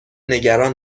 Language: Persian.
نگران